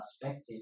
perspective